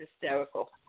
hysterical